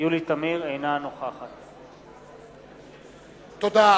אינה נוכחת תודה.